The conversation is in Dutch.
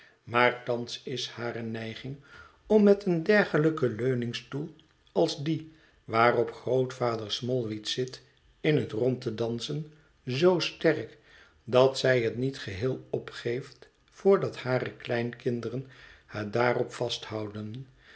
maar thans is hare neiging om met een dergelijken leuningstoel als die waarop grootvader smallweed zit in het rond te dansen zoo sterk dat zij het niet geheel opgeeft voordat hare kleinkinderen haar daarop vasthouden